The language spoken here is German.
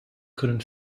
können